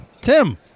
Tim